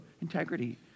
integrity